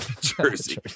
Jersey